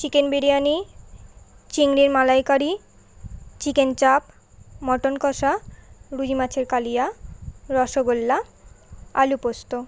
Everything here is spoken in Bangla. চিকেন বিরিয়ানি চিংড়ির মালাইকারি চিকেন চাপ মটন কষা রুই মাছের কালিয়া রসগোল্লা আলু পোস্ত